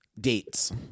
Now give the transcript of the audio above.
dates